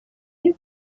you